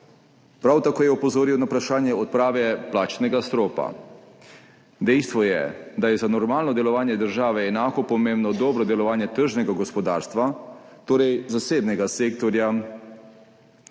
Prav tako je opozoril na vprašanje odprave plačnega stropa. Dejstvo je, da je za normalno delovanje države enako pomembno dobro delovanje tržnega gospodarstva, torej zasebnega sektorja,